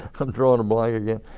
i'm drawing a blank again.